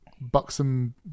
buxom